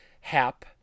Hap